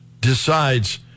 decides